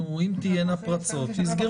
אם תהיינה פרצות, יסגרו אותן.